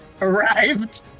arrived